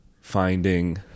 finding